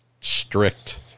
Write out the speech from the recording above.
strict